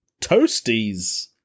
Toasties